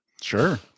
sure